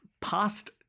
past